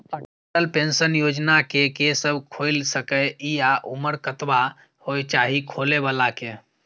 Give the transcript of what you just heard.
Atal pension Yojana के के सब खोइल सके इ आ उमर कतबा होय चाही खोलै बला के?